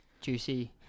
Juicy